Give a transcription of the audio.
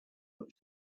touched